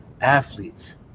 Athletes